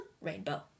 rainbow